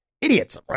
idiots